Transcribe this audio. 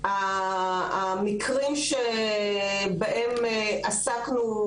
המקרים שבהם עסקנו,